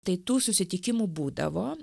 tai tų susitikimų būdavo